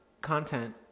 content